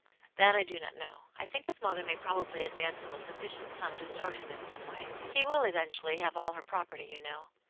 that i do not know. i think his mother may probably advance him a sufficient sum to start him in some way. he will, eventually, have all her pro perty, you know.